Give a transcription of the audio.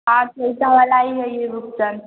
हाँ छोटा वाला ही है ये रुपचन